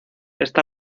esta